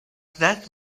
that